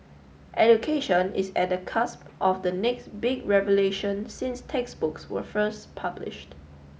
education is at the cusp of the next big revolution since textbooks were first published